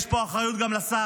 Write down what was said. יש פה אחריות גם לשר.